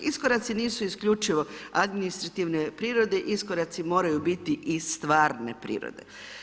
Iskoraci nisu isključivo administrativne prirode, iskoraci moraju biti i stvarne prirode.